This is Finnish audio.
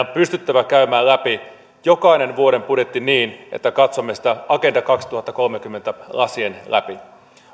on pystyttävä käymään läpi jokainen vuoden budjetti niin että katsomme sitä agenda kaksituhattakolmekymmentä lasien läpi